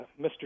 Mr